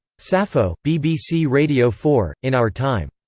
sappho, bbc radio four, in our time.